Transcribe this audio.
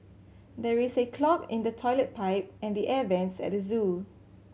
there is a clog in the toilet pipe and the air vents at the zoo